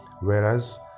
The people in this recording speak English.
Whereas